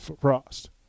Frost